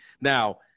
Now